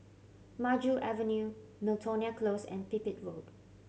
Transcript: Maju Avenue Miltonia Close and Pipit Road